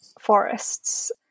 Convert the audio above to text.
forests